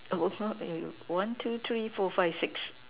that was one one two three four five six